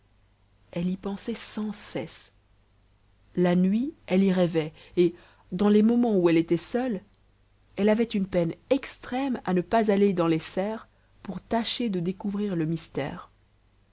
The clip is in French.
elle y pensait sans cesse la nuit elle y rêvait et dans les moments où elle était seule elle avait une peine extrême à ne pas aller dans les serres pour tâcher de découvrir le mystère